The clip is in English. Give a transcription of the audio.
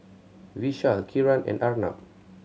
Vishal Kiran and Arnab